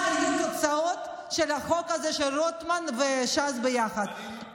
מה היו התוצאות של החוק הזה של רוטמן וש"ס ביחד?